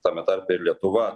tame tarpe ir lietuva